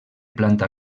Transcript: planta